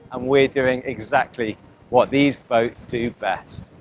um we're doing exactly what these boats do best.